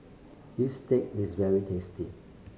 bistake is very tasty